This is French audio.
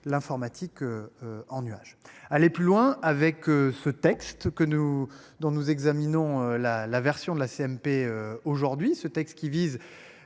l'informatique. En nuage aller plus loin avec ce texte que nous dont nous examinons la la version de la CMP aujourd'hui ce texte qui vise.